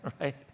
right